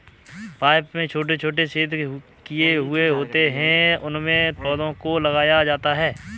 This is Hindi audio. पाइप में छोटे छोटे छेद किए हुए होते हैं उनमें पौधों को लगाया जाता है